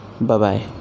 Bye-bye